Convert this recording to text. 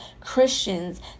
Christians